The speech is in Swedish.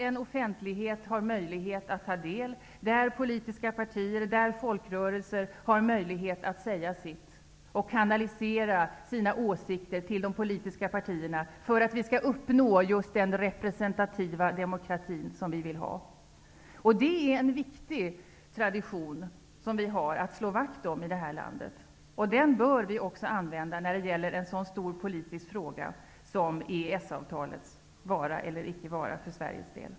En offentlighet har möjlighet att ta del av information -- politiska partier och folkrörelser har möjlighet att säga sitt -- och kanalisera sina åsikter till de politiska partierna för att det skall vara möjligt att uppnå den representativa demokrati som vi vill ha. Det är en viktig tradition att slå vakt om. Den bör också användas i en så stor politisk fråga som EES avtalets vara eller icke-vara för Sveriges del.